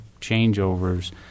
changeovers